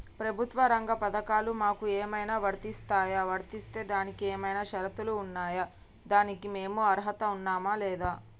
ప్రభుత్వ రంగ పథకాలు మాకు ఏమైనా వర్తిస్తాయా? వర్తిస్తే దానికి ఏమైనా షరతులు ఉన్నాయా? దానికి మేము అర్హత ఉన్నామా లేదా?